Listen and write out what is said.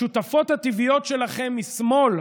השותפות הטבעיות שלכם משמאל,